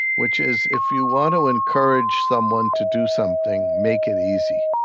which is if you want to encourage someone to do something, make it easy.